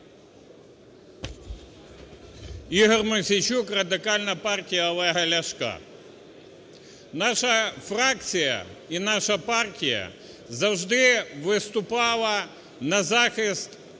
Ігор Мосійчук, Радикальна партія Олега Ляшка. Наша фракція і наша партія завжди виступала на захист культурної